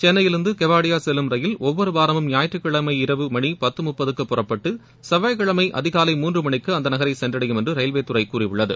சென்னையிலிருந்து கெவாடியா செல்லும் ரயில் ஒவ்வொரு வாரமும் ஞாயிற்றுக்கிழமை இரவு மணி பத்து மூப்பதுக்கு புறப்பட்டு செவ்வாய்கிழமை அதிகாலை மூன்று மணிக்கு அந்த நகரை சென்றடையும் என்று ரயில்வேதுறை கூறியுள்ளது